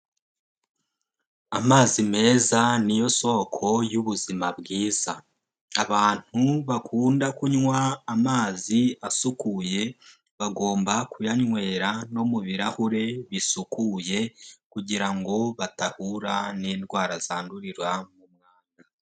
Amazi meza ni yo soko y'ubuzima bwiza, abantu bakunda kunywa amazi asukuye bagomba kuyanywera no mu birahure bisukuye, kugira ngo batahura n'indwara zandurira.